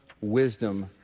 wisdom